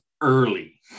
early